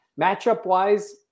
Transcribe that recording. matchup-wise